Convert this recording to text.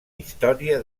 història